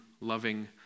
loving